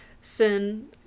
sin